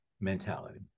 mentality